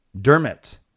Dermot